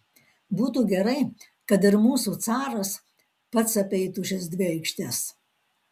būtų gerai kad ir mūsų caras pats apeitų šias dvi aikštes